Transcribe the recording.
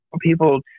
people